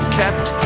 kept